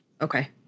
Okay